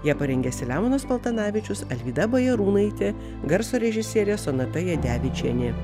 ją parengė selemonas paltanavičius alvyda bajarūnaitė garso režisierė sonata jadevičienė